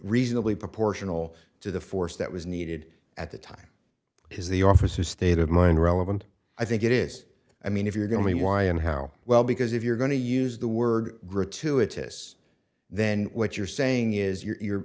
reasonably proportional to the force that was needed at the time has the officer state of mind relevant i think it is i mean if you're going to be why and how well because if you're going to use the word gratuitous then what you're saying is you're